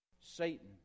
Satan